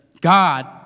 God